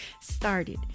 started